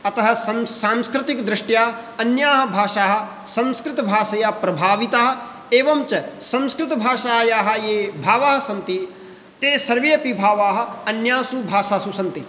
अतः सं सांस्कृतिकदृष्ट्या अन्याः भाषाः संस्कृतभाषया प्रभाविताः एवञ्च संस्कृतभाषायाः ये भावाः सन्ति ते सर्वे अपि भावाः अन्यासु भाषासु सन्ति